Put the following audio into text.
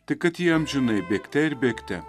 tik kad ji amžinai bėgte ir bėgte